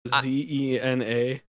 Z-E-N-A